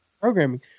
programming